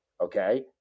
Okay